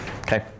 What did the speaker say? Okay